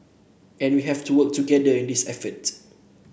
and we have to work together in this effort